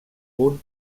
punt